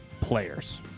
players